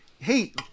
Hey